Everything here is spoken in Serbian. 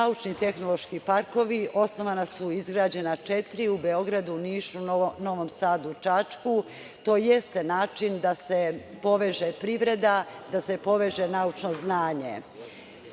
naučno-tehnološki parkovi. Osnovana su i izgrađena četiri u Beogradu, Nišu, Novom Sadu i Čačku. To jeste način da se poveže privreda, da se poveže naučno znanje.U